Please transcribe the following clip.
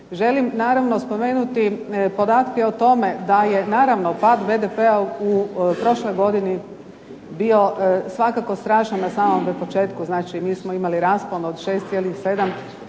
Želim naravno spomenuti podatke o tome da je naravno pad BDP-a u prošloj godini bio svakako strašan na samome početku, znači mi smo imali raspon od 6,7